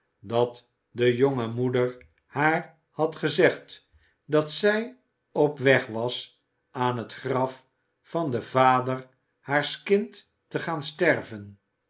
dat de jonge moeder haar had gezegd dat zij op weg was aan het graf van den vader haars kinds te gaan sterven